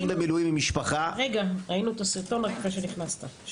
שלום לכולם,